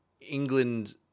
England